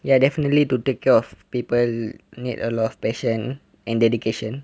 ya definitely to take care of people need a lot of passion and dedication